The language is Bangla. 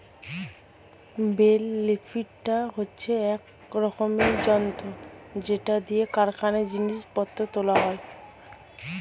বেল লিফ্টার হচ্ছে এক রকমের যন্ত্র যেটা দিয়ে কারখানায় জিনিস পত্র তোলা হয়